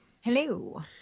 Hello